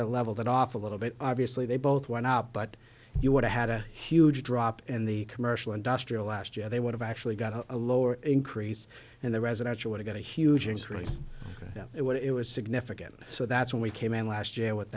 of level that off a little bit obviously they both went up but you want to had a huge drop in the commercial industrial last year they would have actually got a lower increase in the residential when i got a huge increase it was significant so that's when we came in last year with